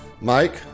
Mike